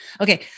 Okay